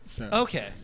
Okay